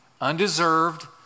undeserved